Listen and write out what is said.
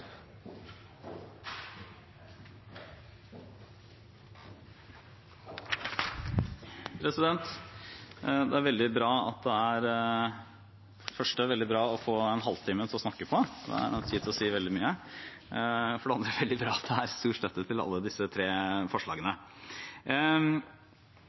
veldig bra å få en halvtime å snakke på, da har man tid til å si veldig mye. For det andre er det veldig bra at det er stor støtte til alle disse tre forslagene.